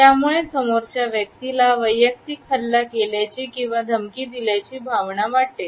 यामुळे समोरच्या व्यक्तीला वैयक्तिक हल्ला केल्याची किंवा धमकी दिल्याची भावना वाटते